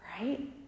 right